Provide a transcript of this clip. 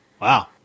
Wow